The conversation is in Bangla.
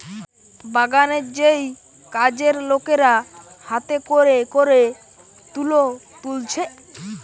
বাগানের যেই কাজের লোকেরা হাতে কোরে কোরে তুলো তুলছে